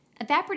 Evaporative